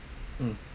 mm